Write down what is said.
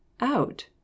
Out